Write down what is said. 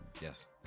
Yes